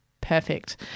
perfect